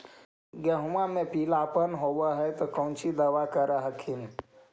गोहुमा मे पिला अपन होबै ह तो कौची दबा कर हखिन?